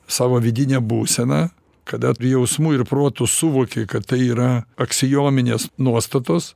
savo vidinę būseną kada jausmu ir protu suvoki kad tai yra aksiominės nuostatos